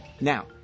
Now